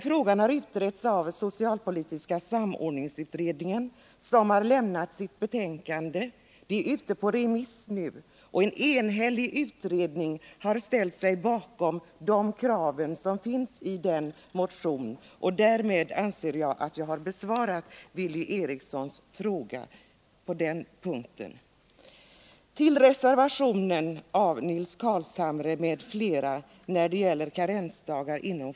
Frågan har utretts av socialpolitiska samordningsutredningen, som har avgivit sitt betänkande. Det är nu ute på remiss. En enhällig utredning har ställt sig bakom kraven i motionerna. Därmed anser jag att jag har besvarat Billy Erikssons fråga på den punkten.